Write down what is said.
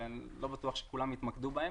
לא בטוח שכולם התמקדו נתונים.